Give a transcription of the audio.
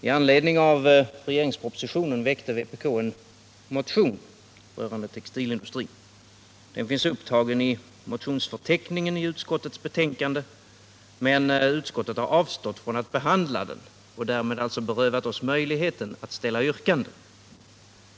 I anledning av regeringens proposition 1977/78:42 väckte vpk en motion rörande textilindustrin. Den finns upptagen i motionsförteckningen i utskottets betänkande, men utskottet har avstått från att behandla den och därmed alltså berövat oss möjligheten att ställa yrkanden.